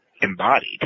embodied